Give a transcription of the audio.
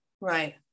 right